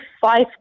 five